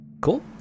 Cool